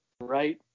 Right